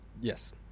yes